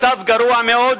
מצב גרוע מאוד,